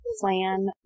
plan